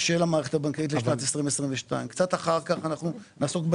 של המערכת הבנקאית לשנת 2022. אחרי שנשלים את